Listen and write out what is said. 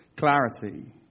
clarity